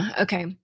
okay